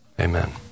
Amen